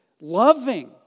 loving